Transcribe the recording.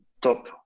top